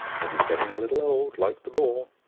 but he's getting a little old, like the boar.